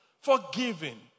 forgiving